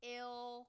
ill